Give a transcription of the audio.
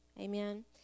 Amen